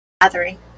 gathering